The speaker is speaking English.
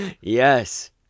Yes